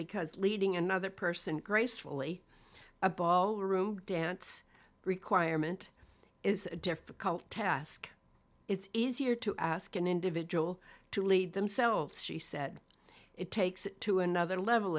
because leading another person gracefully a ballroom dance requirement is a difficult task it's easier to ask an individual to lead themselves she said it takes it to another level